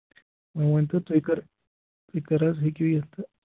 مےٚ ؤنۍ تو تُہۍ کَر تُہۍ کر حظ ہٮ۪کِو یِتھ تہٕ